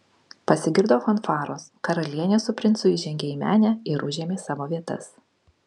pasigirdo fanfaros karalienė su princu įžengė į menę ir užėmė savo vietas